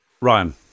Ryan